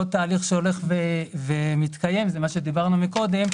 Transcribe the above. עוד תהליך שמתקיים הוא מה שדיברנו קודם,